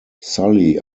sully